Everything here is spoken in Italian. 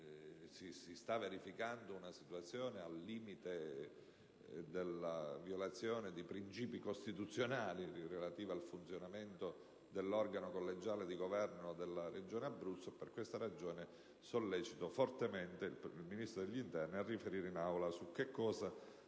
si sta verificando una situazione al limite della violazione di principi costituzionali relativi al funzionamento dell'organo collegiale di governo della Regione Abruzzo. Per questo - ripeto - sollecito vivamente il Ministro dell'interno a riferire in Aula su che cosa